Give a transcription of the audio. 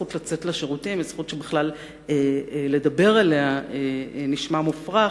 הזכות לצאת לשירותים היא זכות שבכלל לדבר עליה נשמע מופרך.